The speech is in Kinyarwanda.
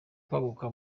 kwaguka